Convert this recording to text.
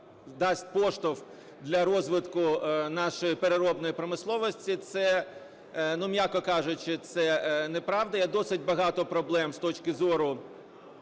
дасть поштовх для розвитку нашої переробної промисловості, це, ну, м'яко кажучи, це неправда. Є досить багато проблем з точки зору